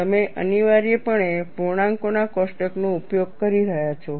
તમે અનિવાર્યપણે પૂર્ણાંકોના કોષ્ટકનો ઉપયોગ કરી રહ્યાં છો